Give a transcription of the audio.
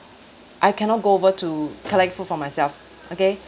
I cannot go over to collect food for myself okay